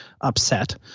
upset